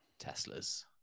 teslas